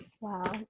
Wow